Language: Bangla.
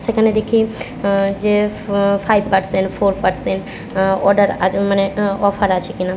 সেখানে দেখি যে ফ্ five percent four percent order আজ মানে অফার আছে কি না